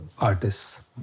artists